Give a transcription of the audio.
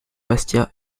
bastia